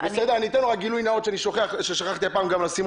אני אתן רק גילוי נאות ששכחתי גם הפעם לומר,